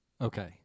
Okay